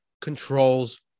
controls